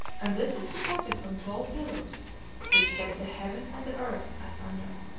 and this was supported on tall pillars which kept the heaven and the earth asunder.